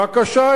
בבקשה,